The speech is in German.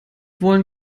wollen